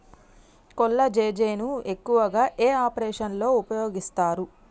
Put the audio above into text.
కొల్లాజెజేని ను ఎక్కువగా ఏ ఆపరేషన్లలో ఉపయోగిస్తారు?